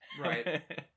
Right